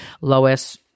Lois